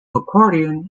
accordion